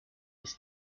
his